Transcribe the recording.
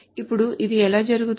ఇప్పుడు ఇది ఎలా జరుగుతుంది